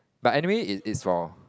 but anyway it's it's for